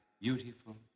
beautiful